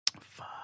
Fuck